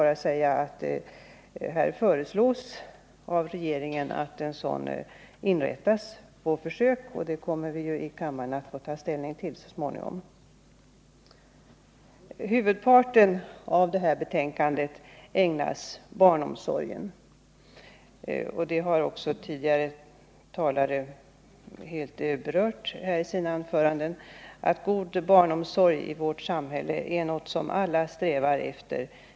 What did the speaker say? Regeringen föreslår nu att en sådan inrättas på försök, och det förslaget kommer vi så småningom att få ta ställning till här i kammaren. Huvudparten av betänkandet ägnas barnomsorgen. Tidigare talare har redan framhållit att god barnomsorg är något som alla strävar efter i vårt samhälle.